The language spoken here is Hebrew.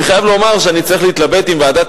אני חייב לומר שאני צריך להתלבט עם ועדת